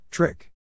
Trick